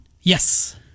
Yes